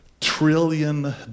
trillion